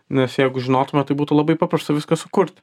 nes jeigu žinotume tai būtų labai paprasta viską sukurti